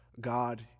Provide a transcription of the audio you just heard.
God